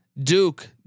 Duke